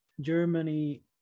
Germany